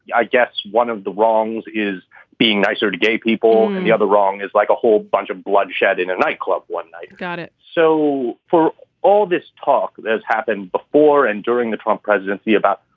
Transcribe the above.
i guess one of the wrongs is being nicer to gay people, and the other wrong is like a whole bunch of bloodshed in a nightclub one night. got it. so for all this talk that's happened before and during the trump presidency about,